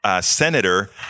Senator